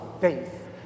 faith